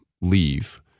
leave